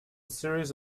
series